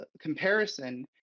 comparison